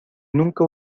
nunca